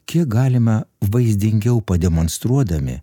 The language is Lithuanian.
kiek galime vaizdingiau pademonstruodami